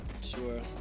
sure